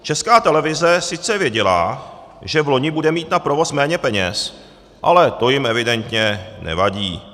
Česká televize sice věděla, že vloni bude mít na provoz méně peněz, ale to jim evidentně nevadí.